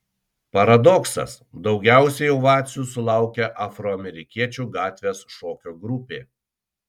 paradoksas daugiausiai ovacijų sulaukė afroamerikiečių gatvės šokio grupė